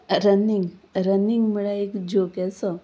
running running म्हळ्यार एक joke ऐसो